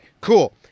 cool